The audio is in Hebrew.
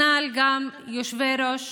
וכנ"ל יושבי-ראש